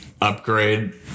upgrade